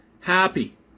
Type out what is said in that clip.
happy